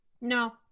No